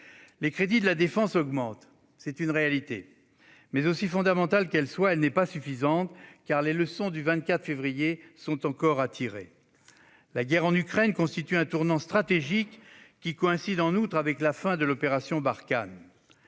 Les crédits de la défense augmentent ; c'est une réalité. Mais, aussi fondamentale que soit cette hausse, elle n'est pas suffisante. Car les leçons du 24 février sont encore à tirer. La guerre en Ukraine constitue un tournant stratégique qui coïncide en outre avec la fin de l'opération Barkhane.